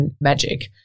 magic